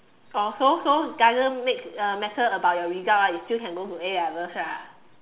oh so so doesn't make uh matter about your result ah you still can go to A-levels ah